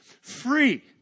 free